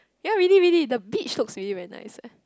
ya really really the beach looks really very nice eh